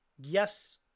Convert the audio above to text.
yes